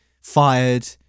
fired